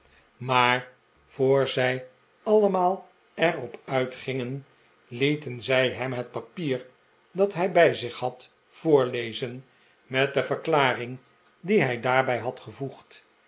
maar voor zij allemaal er op uit gingen lieten zij hem het papier dat hij bij zich had voorlezen met de verklaring die hij daarbij had gevoegd